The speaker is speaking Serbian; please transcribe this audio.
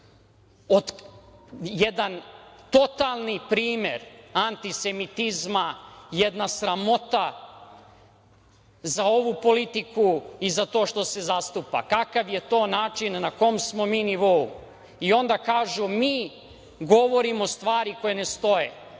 jedan totalni primer antisemitizma, jedna sramota za ovu politiku i za to što se zastupa? Kakav je to način? Na kom smo mi nivou? Onda kažu – mi govorimo stvari koje ne stoje.